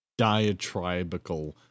diatribical